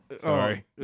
Sorry